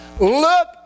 look